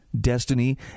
destiny